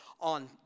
on